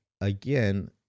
again